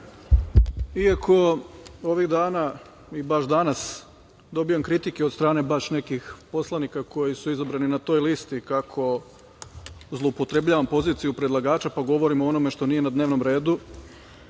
Iako ovih dana i baš danas dobijam kritike od strane baš nekih poslanika koji su izabrani na toj listi kako zloupotrebljavam poziciju predlagača pa govorim o onome što nije na dnevnom redu,